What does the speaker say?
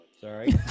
Sorry